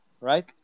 Right